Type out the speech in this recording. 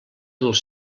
dels